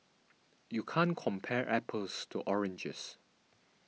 you can't compare apples to oranges